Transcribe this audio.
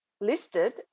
listed